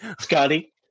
Scotty